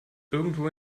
irgendwo